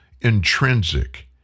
intrinsic